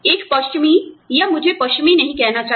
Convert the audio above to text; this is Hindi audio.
एक पश्चिमी या मुझे पश्चिमी नहीं कहना चाहिए